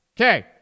Okay